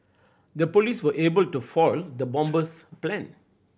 the police were able to foil the bomber's plan